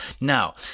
Now